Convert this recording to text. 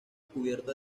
cubierta